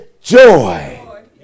joy